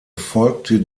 folgte